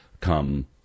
come